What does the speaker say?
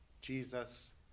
Jesus